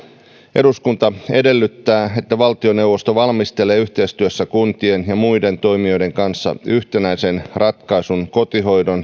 eduskunta edellyttää että valtioneuvosto valmistelee yhteistyössä kuntien ja muiden toimijoiden kanssa yhtenäisen ratkaisun kotihoidon